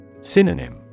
Synonym